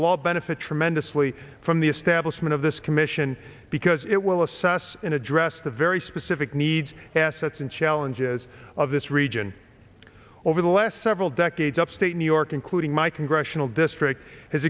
will all benefit tremendously from the establishment of this commission because it will assess and address the very specific needs assets and challenges of this region over the last several decades upstate new york including my congressional district has